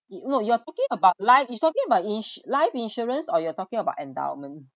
it no you are talking about life ins~ is talking about ins~ life insurance or you're talking about endowment